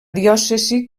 diòcesi